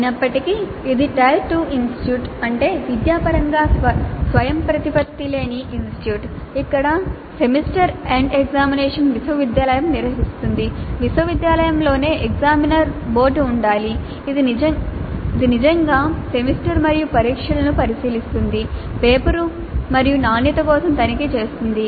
అయినప్పటికీ ఇది tier 2 institute అంటే విద్యాపరంగా స్వయంప్రతిపత్తి లేని ఇన్స్టిట్యూట్ ఇక్కడ సెమిస్టర్ ఎండ్ ఎగ్జామినేషన్ విశ్వవిద్యాలయం నిర్వహిస్తుంది విశ్వవిద్యాలయంలోనే ఎగ్జామినర్స్ బోర్డు ఉండాలి ఇది నిజంగా సెమిస్టర్ మరియు పరీక్షలను పరిశీలిస్తుంది పేపర్లు మరియు నాణ్యత కోసం తనిఖీ చేస్తుంది